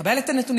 לקבל את הנתונים,